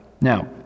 Now